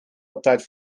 altijd